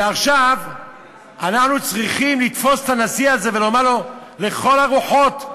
ועכשיו אנחנו צריכים לתפוס את הנשיא הזה ולומר לו: לכל הרוחות,